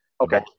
Okay